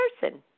person